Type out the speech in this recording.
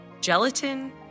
Gelatin